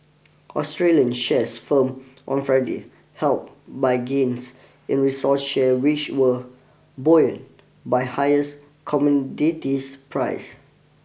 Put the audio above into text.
Australian shares firm on Friday help by gains in resource share which were buoyed by highest commodities prices